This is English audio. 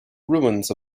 ruins